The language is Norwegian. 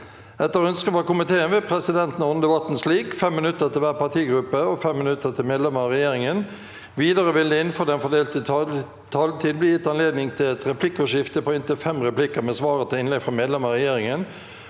Etter ønske fra justiskomi- teen vil presidenten ordne debatten slik: 3 minutter til hver partigruppe og 3 minutter til medlemmer av regjeringen. Videre vil det – innenfor den fordelte taletid – bli gitt anledning til inntil fem replikker med svar etter innlegg fra medlemmer av regjeringen,